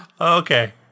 Okay